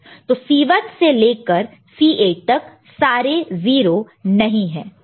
तो C1 से लेकर C8 तक सारे 0 नहीं है